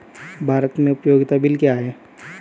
भारत में उपयोगिता बिल क्या हैं?